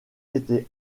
été